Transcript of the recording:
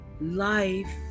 life